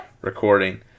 recording